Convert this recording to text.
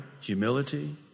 humility